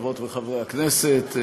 חברות וחברי הכנסת,